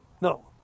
No